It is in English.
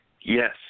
Yes